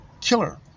killer